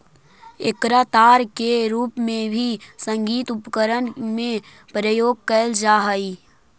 एकरा तार के रूप में भी संगीत उपकरण में प्रयोग कैल जा हई